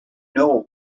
know